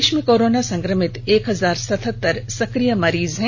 देष में कोरोना संक्रमित एक हजार एकहत्तर सकिय मरीज हैं